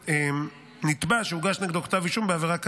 נגד נתבע שהוגש נגדו כתב אישום בעבירה כאמור.